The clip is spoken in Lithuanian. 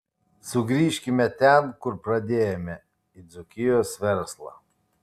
sugrįžkime ten kur pradėjome į dzūkijos verslą